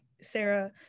Sarah